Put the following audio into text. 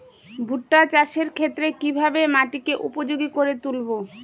ভুট্টা চাষের ক্ষেত্রে কিভাবে মাটিকে উপযোগী করে তুলবো?